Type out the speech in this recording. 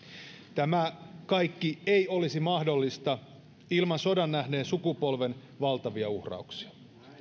tämä kaikki ei olisi mahdollista ilman sodan nähneen sukupolven valtavia uhrauksia